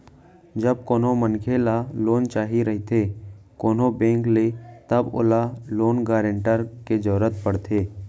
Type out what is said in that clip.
जब कोनो मनखे ल लोन चाही रहिथे कोनो बेंक ले तब ओला लोन गारेंटर के जरुरत पड़थे